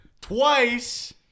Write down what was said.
Twice